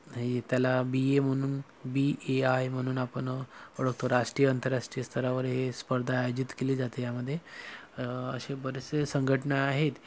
ही त्याला B A म्हणून B A I म्हणून आपण ओळखतो राष्ट्रीय य आंतरराष्ट्रीय स्तरावर हे स्पर्धा आयोजित केली जाते यामध्ये असे बरेचसे संघटना आहेत